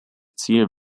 ziel